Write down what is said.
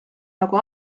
nagu